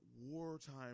wartime